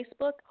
Facebook